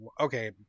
okay